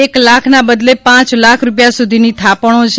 એક લાખના બદલે પાંચ લાખ રૂપિયા સુધીની થાપણો છે